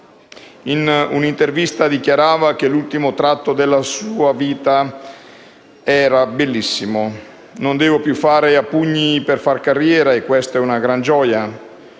In un'intervista Veronesi dichiarava che l'ultimo tratto della sua vita era bellissimo: «Non devo più fare a pugni per fare carriera, e questa è una gran gioia.